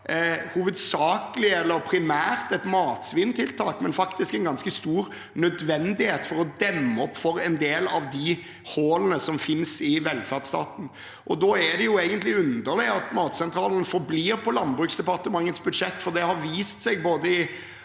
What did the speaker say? hovedsakelig eller primært et matsvinntiltak, men faktisk en ganske stor nødvendighet for å demme opp for en del av de hullene som finnes i velferdsstaten. Da er det underlig at Matsentralen forblir på Landbruksdepartementets budsjett, for det har både i